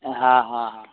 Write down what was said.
ہاں ہاں ہاں